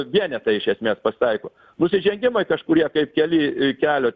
vienetai iš esmės pasitaiko nusižengimai kažkurie kaip keli kelio